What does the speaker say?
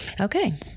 Okay